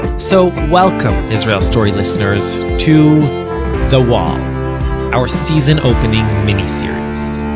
so welcome, israel story listeners, to the wall our season-opening mini-series